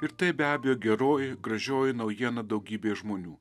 ir tai be abejo geroji gražioji naujiena daugybei žmonių